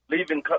Leaving